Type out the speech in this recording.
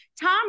Tom